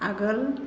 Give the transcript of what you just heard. आगोल